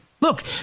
Look